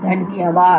धन्यवाद